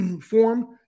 form